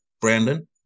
Brandon